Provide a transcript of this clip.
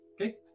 Okay